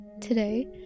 Today